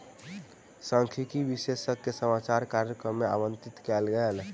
सांख्यिकी विशेषज्ञ के समाचार कार्यक्रम मे आमंत्रित कयल गेल